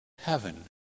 heaven